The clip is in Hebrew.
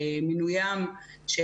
למינויים של